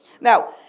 Now